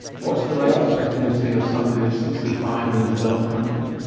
what's the life expectancy of somebody aged sixty five in a developed country?